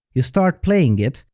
you start playing it,